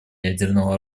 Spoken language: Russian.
ядерного